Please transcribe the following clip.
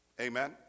amen